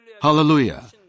Hallelujah